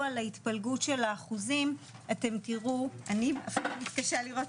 על ההתפלגות של האחוזים אתם תראו שסדר